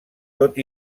tot